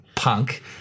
Punk